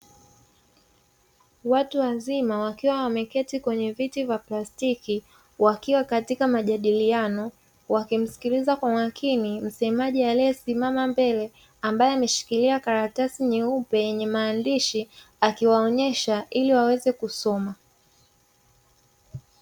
Watu wazima wakiwa wameketi kwenye viti vya plastiki, wakiwa katika majadiliano wakimsikiliza kwa makini msemaji aliyesimama mbele, ambaye ameshikilia karatasi nyeupe yenye maandishi akiwaonyesha ili waweze kusoma.